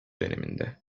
döneminde